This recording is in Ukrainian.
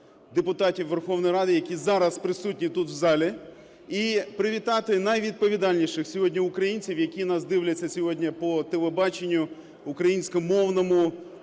депутатів Верховної Ради, які зараз присутні тут в залі, і привітати найвідповідальніших сьогодні українців, які нас дивляться сьогодні по телебаченню україномовному,